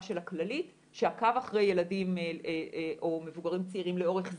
של כללית שעקב אחרי ילדים או מבוגרים צעירים לאורך זמן,